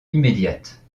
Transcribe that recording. immédiate